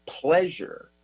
pleasure